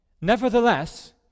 Nevertheless